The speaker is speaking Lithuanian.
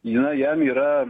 jinai jam yra